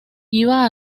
iba